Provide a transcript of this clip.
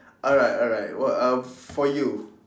alright alright what else for you